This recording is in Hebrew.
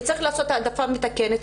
וצריך לעשות העדפה מתקנת,